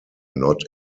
not